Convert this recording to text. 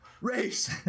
race